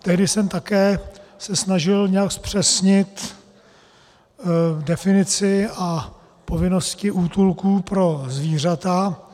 Tehdy jsem se také snažil nějak zpřesnit definici a povinnosti útulků pro zvířata.